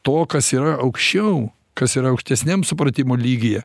to kas yra aukščiau kas yra aukštesniam supratimo lygyje